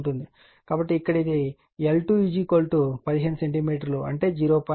కాబట్టి ఇక్కడ ఇది l2 15 సెంటీమీటర్ అంటే 0